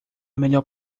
melhor